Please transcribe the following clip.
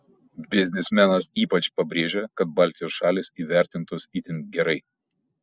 biznismenas ypač pabrėžia kad baltijos šalys įvertintos itin gerai